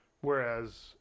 whereas